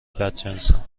بدجنسم